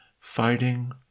Fighting